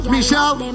Michelle